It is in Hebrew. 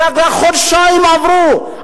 רק חודשיים עברו,